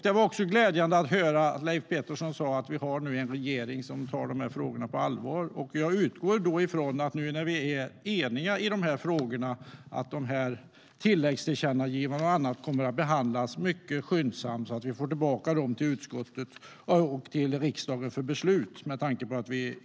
Det var glädjande att höra att Leif Pettersson sa att vi nu har en regering som tar frågorna på allvar. Jag utgår från att nu när vi är eniga i dessa frågor kommer tilläggstillkännagivanden och annat att behandlas mycket skyndsamt så att vi får tillbaka förslag till utskottet och riksdagen för beslut. Herr talman!